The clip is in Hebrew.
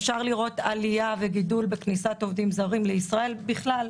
אפשר לראות עלייה וגידול בכניסת עובדים זרים לישראל בכלל.